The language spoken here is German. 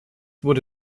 wurde